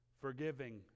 forgiving